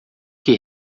que